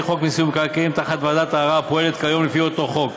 חוק מיסוי מקרקעין תחת ועדת הערר הפועלת כיום לפי אותו חוק.